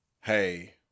Hey